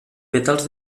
pètals